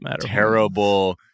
terrible